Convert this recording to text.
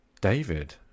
David